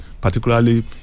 particularly